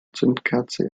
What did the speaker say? zündkerze